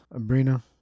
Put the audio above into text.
abrina